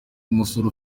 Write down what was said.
umusore